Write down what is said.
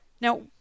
Now